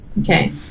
Okay